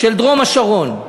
של דרום-השרון.